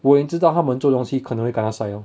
我也知道他们做东西可能 kanasai lor